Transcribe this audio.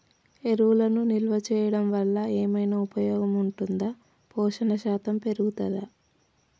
ఎరువులను నిల్వ చేయడం వల్ల ఏమైనా ఉపయోగం ఉంటుందా పోషణ శాతం పెరుగుతదా?